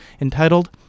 entitled